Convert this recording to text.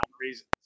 reasons